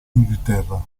inghilterra